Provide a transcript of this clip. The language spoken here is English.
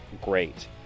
great